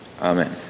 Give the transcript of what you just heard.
Amen